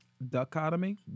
dichotomy